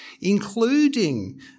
including